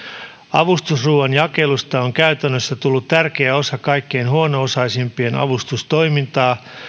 avustusruoan jakelusta on käytännössä tullut tärkeä osa kaikkein huono osaisimpien avustustoimintaa